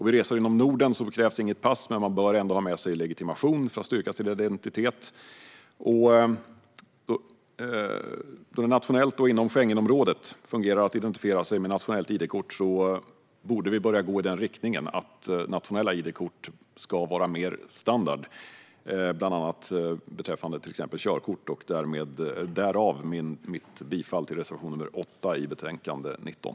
Vid resor inom Norden krävs inget pass, men man bör ändå ha med sig legitimation för att kunna styrka sin identitet. Då det nationellt och inom Schengenområdet fungerar att identifiera sig med ett nationellt idkort borde vi börja gå i riktningen att sådana id-kort i högre grad ska vara standard beträffande till exempel körkort - därav mitt yrkande på bifall till reservation nr 8 i betänkande 19.